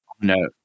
no